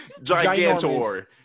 Gigantor